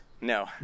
No